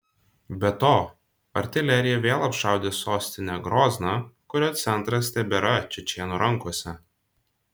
be to artilerija vėl apšaudė sostinę grozną kurio centras tebėra čečėnų rankose